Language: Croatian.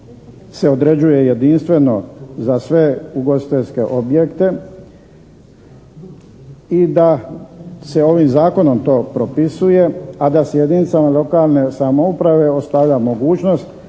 se određuje jedinstveno za sve ugostiteljske objekte i da se ovim zakonom to propisuje a da se jedinicama lokalne samouprave ostavlja mogućnost